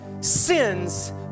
sins